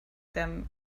them